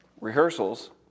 rehearsals